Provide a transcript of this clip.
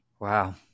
Wow